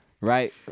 Right